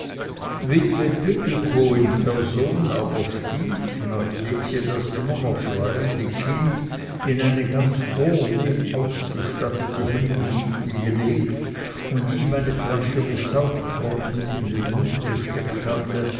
witwe pittelkow in person aber stieg nachdem sie das immer noch schreiende kind in eine ganz vornehm ausgestattete himmelwiege gelegt und ihm eine flasche mit saugpfropfen in den mund gesteckt hatte